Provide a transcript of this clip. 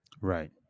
Right